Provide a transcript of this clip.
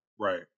Right